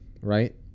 right